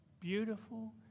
Beautiful